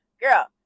girl